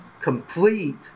complete